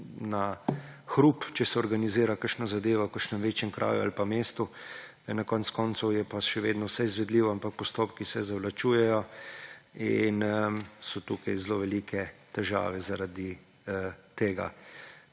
na hrup, če se organizira kakšna zadeva v kakšnem večjem kraju ali v mestu, na koncu koncev je pa še vedno vse izvedljivo, ampak postopki se zavlačujejo in so tukaj zelo velike težave zaradi tega.